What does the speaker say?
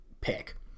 pick